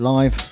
Live